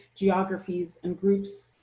geographies, and groups,